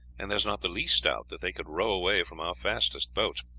and there is not the least doubt that they could row away from our fastest boats.